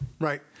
Right